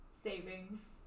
Savings